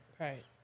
Right